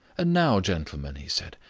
and now, gentlemen, he said,